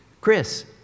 Chris